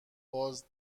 باز